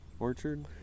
Orchard